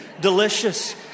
delicious